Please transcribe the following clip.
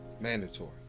mandatory